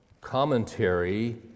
commentary